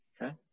Okay